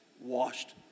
washed